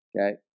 Okay